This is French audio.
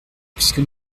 puisque